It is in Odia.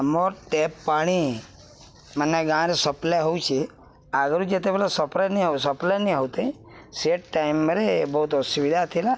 ଆମର୍ ଟେପ ପାଣି ମାନେ ଗାଁରେ ସପ୍ଲାଏ ହଉଚେ ଆଗରୁ ଯେତେବେଲେ ସପ୍ଲାଏ ସପ୍ଲାଏ ନ ହଉଥାଏ ସେ ଟାଇମରେ ବହୁତ ଅସୁବିଧା ଥିଲା